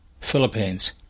Philippines